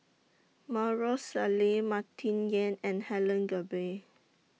Maarof Salleh Martin Yan and Helen Gilbey